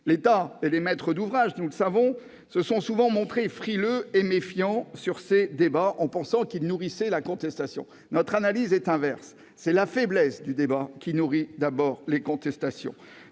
L'État et les maîtres d'ouvrage se sont souvent montrés frileux et méfiants sur ces débats, en pensant qu'ils nourrissaient la contestation. Notre analyse est inverse : c'est la faiblesse du débat qui nourrit avant tout les contestations.